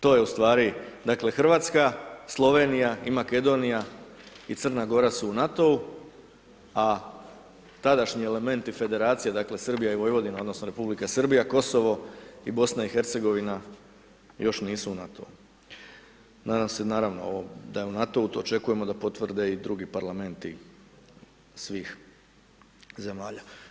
To je ustvari, dakle, Hrvatska, Slovenija i Makedonija i Crna Gora su u NATO-u, a tadašnji elementi federacije, dakle, Srbija i Vojvodina, odnosno, Republika Srbija, Kosovo i BIH još nisu u NATO-u, nadam se naravno, ovom, da je u NATO-u to očekujemo da potvrde i drugi parlamenti svih zemalja.